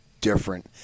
different